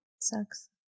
sucks